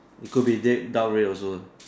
it could be they dark red also lah